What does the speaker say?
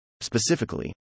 Specifically